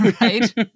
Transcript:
right